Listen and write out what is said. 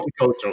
multicultural